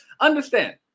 Understand